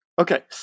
Okay